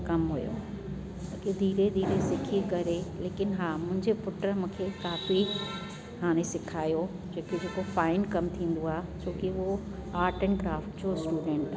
कमु हुओ बाक़ी धीरे धीरे सिखी करे लेकिन हा मुंहिंजे पुट मूंखे काफ़ी हाणे सेखारियो लेकिन जेको फाइन कमु थींदो आहे छोकी उहो आट ऐंड क्राफ्ट जो स्टूडेंट आहे